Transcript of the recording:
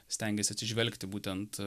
stengėsi atsižvelgti būtent